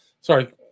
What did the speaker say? Sorry